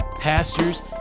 pastors